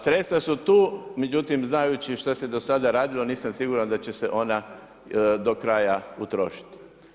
Sredstva su tu, međutim znajući što se do sada radilo, nisam siguran da će se ona do kraja utrošiti.